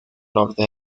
norte